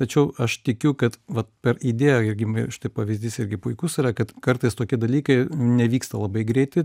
tačiau aš tikiu kad vat per įdėją ir gimė štai pavyzdys irgi puikus yra kad kartais tokie dalykai nevyksta labai greitai